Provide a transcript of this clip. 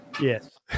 Yes